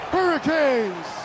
Hurricanes